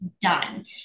done